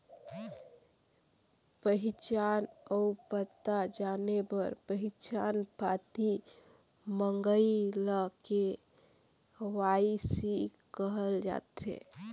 पहिचान अउ पता जाने बर पहिचान पाती मंगई ल के.वाई.सी कहल जाथे